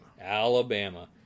Alabama